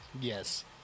Yes